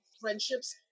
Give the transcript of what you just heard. friendships